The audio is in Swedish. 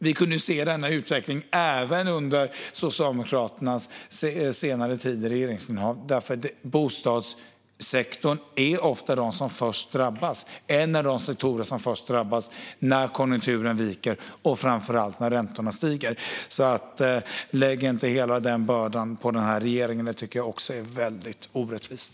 Vi kunde se denna utveckling även under Socialdemokraternas senare tid i regeringsställning. Bostadssektorn är ofta en av de sektorer som först drabbas när konjunkturen viker och framför allt när räntorna stiger, så lägg inte hela bördan på den här regeringen - det tycker jag är väldigt orättvist.